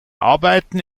arbeiten